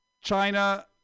China